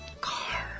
Car